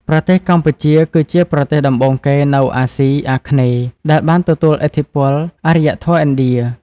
ប្រទេសកម្ពុជា គឺជាប្រទេសដំបូងគេនៅអាស៊ីអាគ្នេយ៍ដែលបានទទួលឥទ្ធិពលអរិយធម៌ឥណ្ឌា។